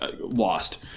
lost